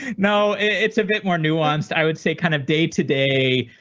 now it's a bit more nuanced. i would say, kind of day today.